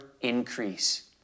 increase